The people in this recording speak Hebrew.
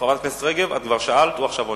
חברת הכנסת רגב, את כבר שאלת, הוא עכשיו עונה.